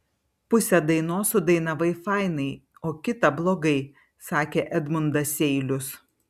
pusę dainos sudainavai fainai o kitą blogai sakė edmundas seilius